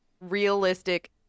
realistic